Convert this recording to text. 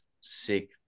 sick